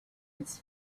its